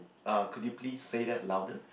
uh could you please say that louder